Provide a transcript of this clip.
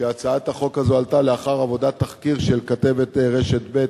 שהצעת החוק הזאת עלתה לאחר עבודת תחקיר של כתבת רשת ב',